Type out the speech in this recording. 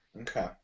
Okay